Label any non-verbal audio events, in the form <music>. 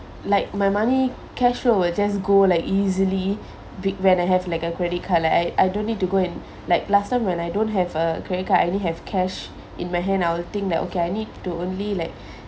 like my money cashflow will just go like easily <breath> bi~ when I have like a credit card like I I don't need to go and like last time when I don't have a credit card I only have cash in my hand I will think that okay I need to only like <breath>